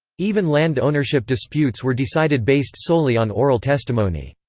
even land ownership disputes were decided based solely on oral testimony.